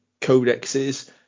codexes